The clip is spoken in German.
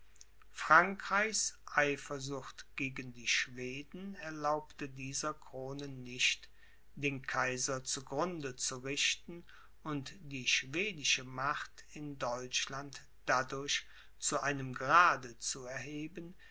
frankreichs eifersucht gegen die schweden erlaubte dieser krone nicht den kaiser zu grunde zu richten und die schwedische macht in deutschland dadurch zu einem grade zu erheben